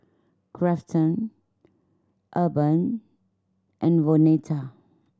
Grafton Urban and Vonetta